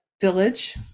Village